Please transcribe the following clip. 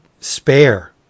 spare